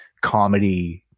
comedy